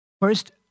first